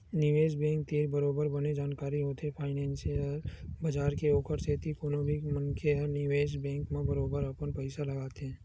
निवेस बेंक तीर बरोबर बने जानकारी होथे फानेंसियल बजार के ओखर सेती कोनो भी मनखे ह निवेस बेंक म बरोबर अपन पइसा लगाथे